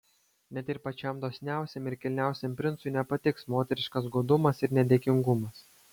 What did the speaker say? net ir pačiam dosniausiam ir kilniausiam princui nepatiks moteriškas godumas ir nedėkingumas